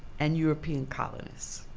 and european colonists.